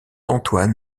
antoine